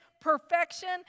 perfection